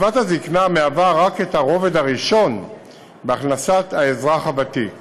קצבת הזקנה היא רק הרובד הראשון בהכנסת האזרח הוותיק,